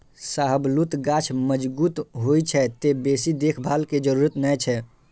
शाहबलूत गाछ मजगूत होइ छै, तें बेसी देखभाल के जरूरत नै छै